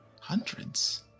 Hundreds